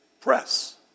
Press